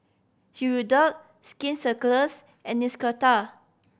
Hirudoid Skin and